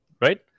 right